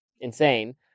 insane